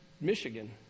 Michigan